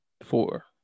four